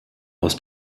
aus